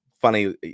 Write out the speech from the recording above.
Funny